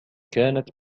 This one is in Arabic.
كانت